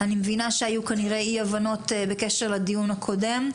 אני מבינה שהיו כנראה אי הבנות בקשר לדיון הקודם,